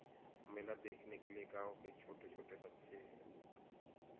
मेला देखने के लिए गाँव के छोटे छोटे बच्चे